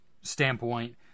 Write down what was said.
standpoint